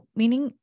meaning